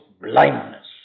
blindness